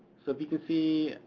so if you can see,